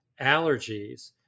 allergies